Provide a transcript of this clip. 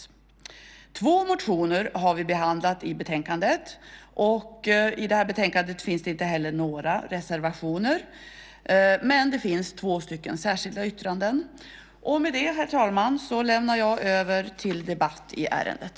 Vi har behandlat två motioner i betänkandet. I det här betänkandet finns inte några reservationer, men det finns två särskilda yttranden. Med det, herr talman, lämnar jag över till debatt i ärendet.